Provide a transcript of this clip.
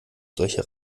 solche